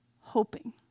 hoping